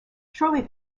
shortly